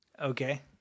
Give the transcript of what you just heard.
okay